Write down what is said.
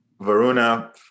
Varuna